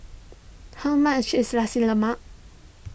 how much is Nasi Lemak